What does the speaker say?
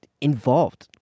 involved